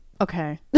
okay